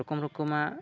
ᱨᱚᱠᱚᱢ ᱨᱚᱠᱚᱢᱟᱜ